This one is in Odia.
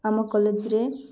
ଆମ କଲେଜରେ